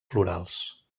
florals